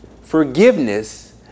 Forgiveness